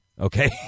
okay